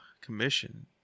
commission